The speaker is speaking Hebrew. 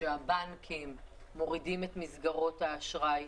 שהבנקים מורידים את מסגרות האשראי.